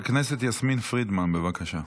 חברת הכנסת יסמין פרידמן, בבקשה.